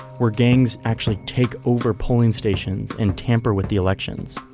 where gangs actually take over polling stations and tamper with the elections.